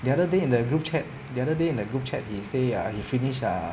the other day in the group chat the other day in the group chat he say ya he finish err